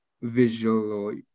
visual